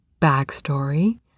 backstory